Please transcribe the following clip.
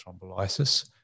thrombolysis